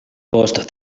post